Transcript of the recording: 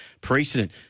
precedent